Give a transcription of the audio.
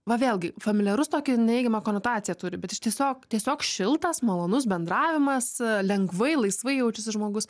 va vėlgi familiarus tokią neigiamą konotaciją turi bet iš tiesiog tiesiog šiltas malonus bendravimas lengvai laisvai jaučiasi žmogus